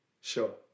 sure